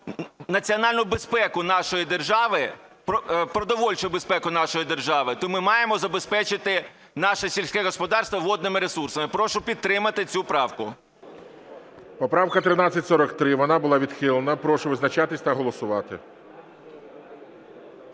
національну безпеку нашої держави, продовольчу безпеку нашої держави, то ми маємо забезпечити наше сільське господарство водними ресурсами. Прошу підтримати цю правку. ГОЛОВУЮЧИЙ. Поправка 1343, вона була відхилена. Прошу визначатись та голосувати.